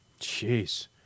jeez